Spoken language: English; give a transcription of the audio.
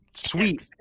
sweet